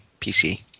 PC